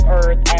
earth